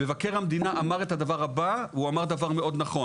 מבקר המדינה אמר דבר נכון מאוד: